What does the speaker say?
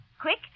Quick